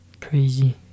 Crazy